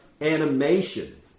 animation